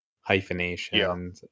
hyphenation